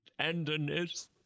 tenderness